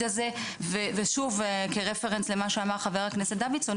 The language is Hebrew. הזה ושוב כרפרנט למה שאמר חבר הכנסת דוידסון,